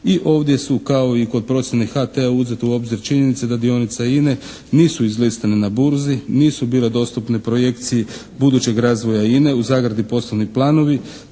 i ovdje su kao i kod procjene HT-a uzete u obzir činjenice da dionice INA-e nisu izlistane na burzi, nisu bile dostupne projekciji budućeg razvoja INA-e (poslovni planovi)